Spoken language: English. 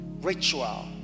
ritual